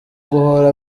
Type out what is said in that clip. guhora